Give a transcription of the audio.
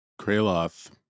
Kraloth